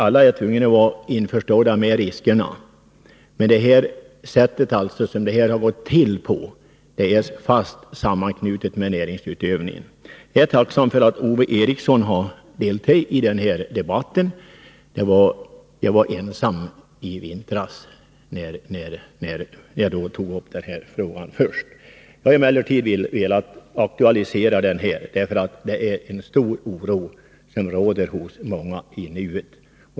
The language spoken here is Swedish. Alla måste givetvis vara införstådda med riskerna, men det sätt som det hela går till på är fast sammanknutet med näringsutövningen. Jag är tacksam för att Ove Eriksson har deltagit i debatten — jag var ensam i vintras, när jag då tog upp frågan. Jag har emellertid velat aktualisera den nu, eftersom det råder stor oro hos många.